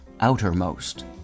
outermost